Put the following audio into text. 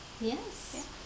yes